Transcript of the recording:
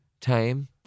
time